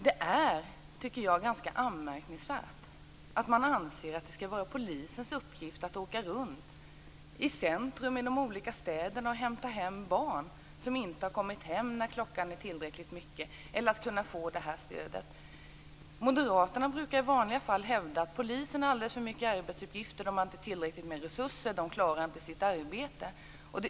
Det är, tycker jag, ganska anmärkningsvärt att man anser att det skall vara polisens uppgift att åka runt i centrum i de olika städerna och hämta hem barn som inte har kommit hem när klockan är tillräckligt mycket - att det skall vara polisens uppgift att ge det stödet. Moderaterna brukar i vanliga fall hävda att polisen har alldeles för många arbetsuppgifter. De har inte tillräckligt med resurser. De klarar inte sitt arbete.